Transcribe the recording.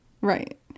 right